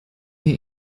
mir